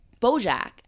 Bojack